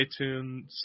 iTunes